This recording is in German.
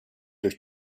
durch